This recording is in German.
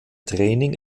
training